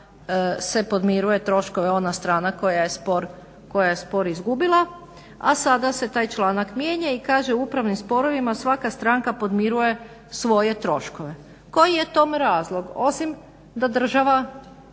se podmiruje troškove ona strana koja je spor izgubila, a sada se taj članak mijenja i kaže u upravnim sporovima svaka stranka podmiruje svoje troškove. Koji je tome razlog? Osim da država